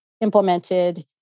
implemented